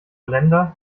länder